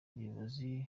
abayobozi